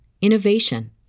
innovation